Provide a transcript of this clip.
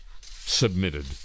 submitted